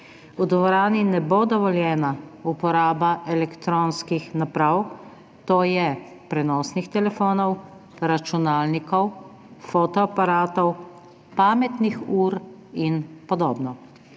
V dvorani ne bo dovoljena uporaba elektronskih naprav, to je prenosnih telefonov, računalnikov, fotoaparatov, pametnih ur in podobno.